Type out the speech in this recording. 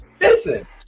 listen